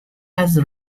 has